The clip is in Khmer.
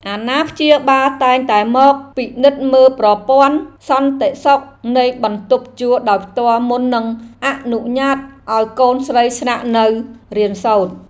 អាណាព្យាបាលតែងតែមកពិនិត្យមើលប្រព័ន្ធសន្តិសុខនៃបន្ទប់ជួលដោយផ្ទាល់មុននឹងអនុញ្ញាតឱ្យកូនស្រីស្នាក់នៅរៀនសូត្រ។